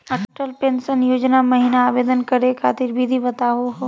Atal pension योजना महिना आवेदन करै खातिर विधि बताहु हो?